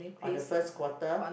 on the first quarter